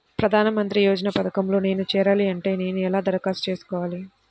ప్రధాన మంత్రి యోజన పథకంలో నేను చేరాలి అంటే నేను ఎలా దరఖాస్తు చేసుకోవాలి?